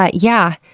ah yeah.